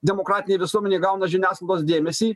demokratinėj visuomenėj gauna žiniasklaidos dėmesį